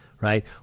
Right